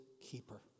keeper